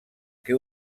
que